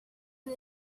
and